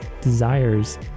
desires